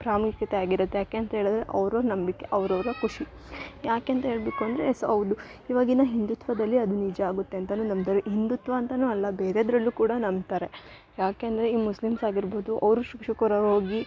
ಪ್ರಾಮುಖ್ಯತೆ ಆಗಿರುತ್ತೆ ಯಾಕೆ ಅಂತ ಹೇಳಿದ್ರೆ ಅವರ ನಂಬಿಕೆ ಅವ್ರವ್ರ ಖುಷಿ ಯಾಕೆ ಅಂತ ಹೇಳ್ಬೇಕು ಅಂದರೆ ಎಸ್ ಹೌದು ಇವಾಗಿನ ಹಿಂದುತ್ವದಲ್ಲಿ ಅದು ನಿಜ ಆಗುತ್ತೆ ಅಂತಾ ನಂಬ್ತಾರೆ ಹಿಂದುತ್ವ ಅಂತ ಅಲ್ಲ ಬೇರೆದರಲ್ಲು ಕೂಡ ನಂಬ್ತಾರೆ ಯಾಕೆ ಅಂದರೆ ಈ ಮುಸ್ಲಿಮ್ಸ್ ಆಗಿರ್ಬೋದು ಅವರು ಶುಕ್ರವಾರ ಹೋಗಿ